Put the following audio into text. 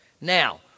Now